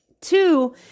Two